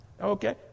Okay